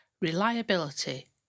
Reliability